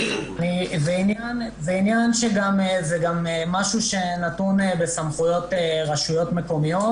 זה משהו שנתון לסמכויות רשויות מקומיות.